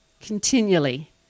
continually